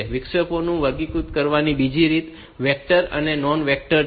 વિક્ષેપોને વર્ગીકૃત કરવાની બીજી રીત વેક્ટર અને નોન વેક્ટર છે